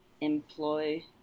employ